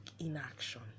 inaction